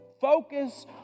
focus